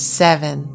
seven